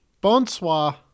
Bonsoir